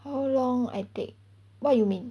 how long I take what you mean